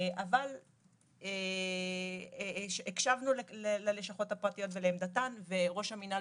אבל הקשבנו ללשכות הפרטיות ולעמדתן וראש המינהל